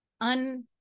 un